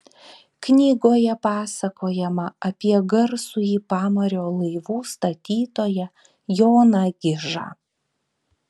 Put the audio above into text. knygoje pasakojama apie garsųjį pamario laivų statytoją joną gižą